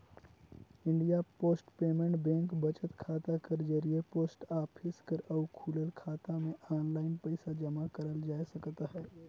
India post payment bank बचत खाता कर जरिए पोस्ट ऑफिस कर अउ खुलल खाता में आनलाईन पइसा जमा करल जाए सकत अहे